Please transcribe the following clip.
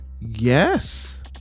yes